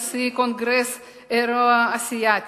נשיא הקונגרס האירו-אסיאתי,